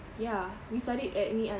ya we studied at ngee ann